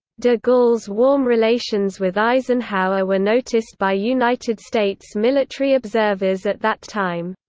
de gaulle's warm relations with eisenhower were noticed by united states military observers at that time.